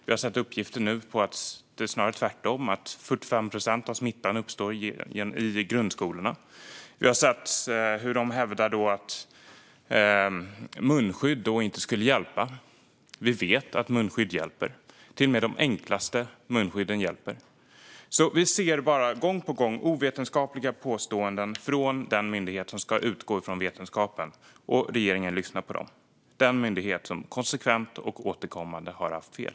Vi har nu sett uppgifter om att det snarare är tvärtom: 45 procent av smittan uppstår i grundskolorna. Vi har hört att de hävdar att munskydd inte skulle hjälpa. Vi vet att munskydd hjälper. Till och med de enklaste munskydden hjälper. Vi hör gång på gång ovetenskapliga påståenden från den myndighet som ska utgå från vetenskapen. Och regeringen lyssnar på den myndigheten, som konsekvent och återkommande har haft fel.